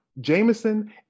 Jameson